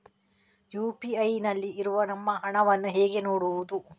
UPI ನಲ್ಲಿ ಇರುವ ನಮ್ಮ ಹಣವನ್ನು ಹೇಗೆ ನೋಡುವುದು?